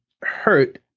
hurt